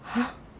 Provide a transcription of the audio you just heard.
!huh!